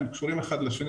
הם קשורים אחד לשני,